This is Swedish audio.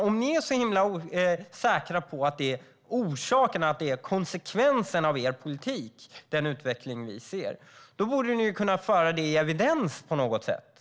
Om ni är så himla säkra på att den utveckling vi ser är effekten av er politik borde ni kunna bevisa det på något sätt.